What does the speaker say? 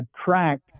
attract